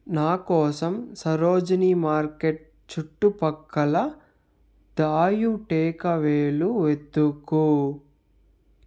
నాకోసం సరోజినీ మార్కెట్ చుట్టుపక్కల దాయు టేకవేలు వెతుకు